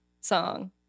song